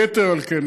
יתר על כן,